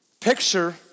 picture